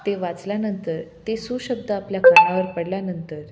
ते वाचल्यानंतर ते सुशब्द आपल्या कानावर पडल्यानंतर